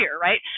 right